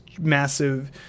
massive